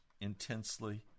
intensely